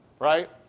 right